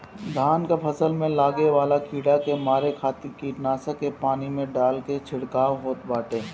धान के फसल में लागे वाला कीड़ा के मारे खातिर कीटनाशक के पानी में डाल के छिड़काव होत बाटे